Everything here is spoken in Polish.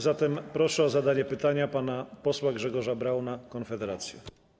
Zatem proszę o zadanie pytania pana posła Grzegorza Brauna, Konfederacja.